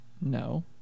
No